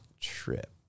trip